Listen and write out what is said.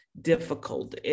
difficult